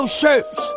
shirts